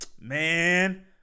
man